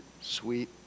sweet